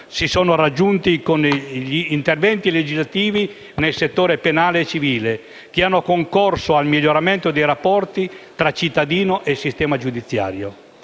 Si sono raggiunti con gli interventi legislativi nei settori penale e civile che hanno concorso al miglioramento dei rapporti tra cittadino e sistema giudiziario.